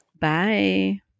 Bye